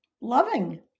loving